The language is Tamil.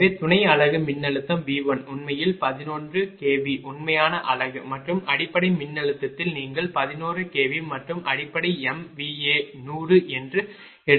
எனவே துணை அலகு மின்னழுத்தம் V 1 உண்மையில் 11 kV உண்மையான அலகு மற்றும் அடிப்படை மின்னழுத்தத்தில் நீங்கள் 11 kV மற்றும் அடிப்படை MVA 100 என்று எடுத்துக்கொள்கிறீர்கள்